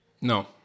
No